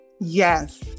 Yes